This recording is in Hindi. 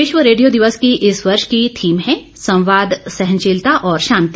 विश्व रेडियो दिवस की इस वर्ष की थीम है संवाद सहनशीलता और शांति